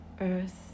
earth